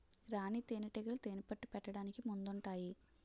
రాణీ తేనేటీగలు తేనెపట్టు పెట్టడానికి ముందుంటాయి